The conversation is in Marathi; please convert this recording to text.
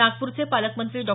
नागपूरचे पालकमंत्री डॉ